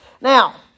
Now